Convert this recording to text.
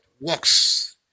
works